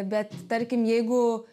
bet tarkim jeigu